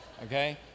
Okay